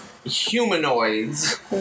Humanoids